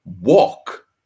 walk